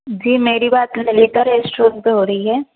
जी मेरी बात ललिता रेस्टोरेंट पे हो रही है